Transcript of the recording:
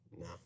No